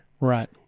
right